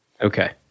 Okay